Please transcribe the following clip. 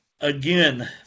again